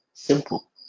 Simple